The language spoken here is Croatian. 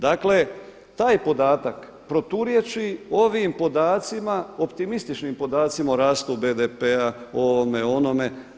Dakle, taj podatak proturječi ovim podacima, optimističnim podacima o rastu BDP-a, o ovome, onome.